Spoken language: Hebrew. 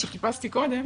שחיפשתי קודם,